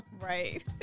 Right